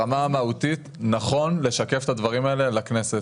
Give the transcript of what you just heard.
ברמה המהותית נכון לשקף את הדברים האלה לכנסת